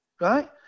right